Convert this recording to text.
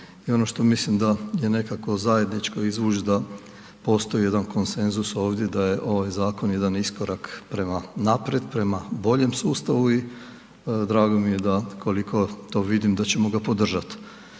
i ono što mislim da je nekako zajedničko izvući da postoji jedan konsenzus ovdje da je ovaj zakon jedan iskorak prema naprijed, prema boljem sustavu i drago mi je da koliko to vidim, da ćemo ga podržat.